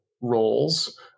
roles